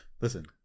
Listen